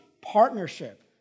partnership